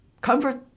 comfort